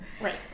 Right